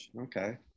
Okay